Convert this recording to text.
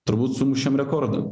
turbūt sumušėm rekordą